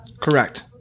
Correct